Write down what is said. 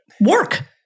Work